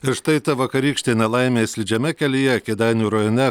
ir štai ta vakarykštė nelaimė slidžiame kelyje kėdainių rajone